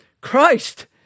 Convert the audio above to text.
Christ